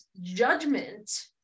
judgment